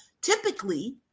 typically